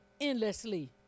endlessly